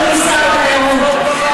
אדוני שר התיירות.